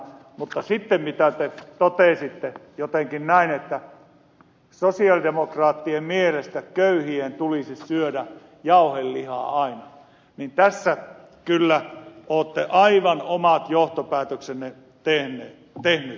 mutta sitten kun te totesitte jotenkin näin että sosialidemokraattien mielestä köyhien tulisi syödä jauhelihaa aina niin tässä kyllä olette aivan omat johtopäätöksenne tehnyt